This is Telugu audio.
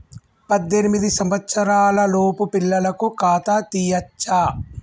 పద్దెనిమిది సంవత్సరాలలోపు పిల్లలకు ఖాతా తీయచ్చా?